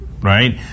right